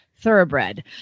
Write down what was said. thoroughbred